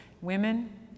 women